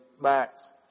Max